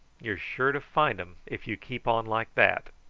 you're sure to find em if you keep on like that.